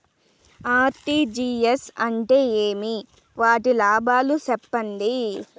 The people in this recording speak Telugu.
ఆర్.టి.జి.ఎస్ అంటే ఏమి? వాటి లాభాలు సెప్పండి?